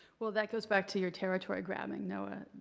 well, that goes back to your territory grabbing, noah.